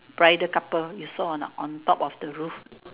bridal couple you saw or not on top of the roof